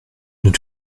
nous